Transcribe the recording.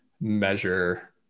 measure